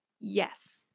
Yes